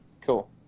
Cool